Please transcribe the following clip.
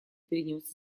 перенес